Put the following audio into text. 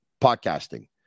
podcasting